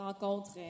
rencontre